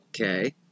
Okay